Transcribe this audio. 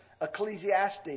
Ecclesiastes